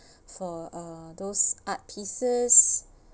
for uh those art pieces